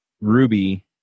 Ruby